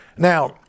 Now